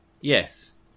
Yes